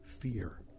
fear